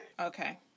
Okay